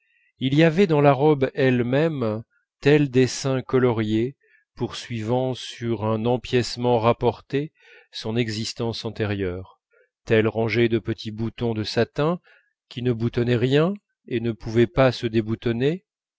il y avait dans la robe elle-même tel dessin colorié poursuivant sur un empiècement rapporté son existence antérieure telle rangée de petits boutons de satin qui ne boutonnaient rien et ne pouvaient pas se déboutonner